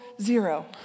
zero